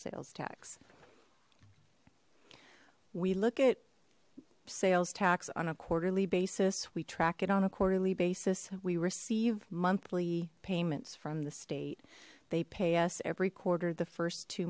sales tax we look at sales tax on a quarterly basis we track it on a quarterly basis we receive monthly payments from the state they pay us every quarter the first two